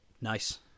Nice